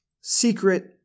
secret